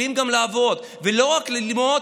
כלים גם לעבוד ולא רק ללמוד,